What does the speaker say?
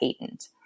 patent